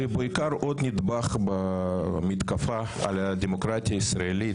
בעיקר עוד נדבך במתקפה על הדמוקרטיה הישראלית,